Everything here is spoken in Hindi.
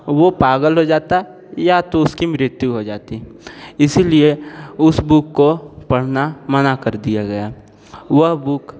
वो पागल हो जाता या तो उसकी मृत्यु हो जाती है इसीलिए उसे बुक को पढ़ना मना कर दिया गया वह बुक